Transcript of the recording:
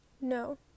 No